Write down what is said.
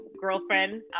girlfriend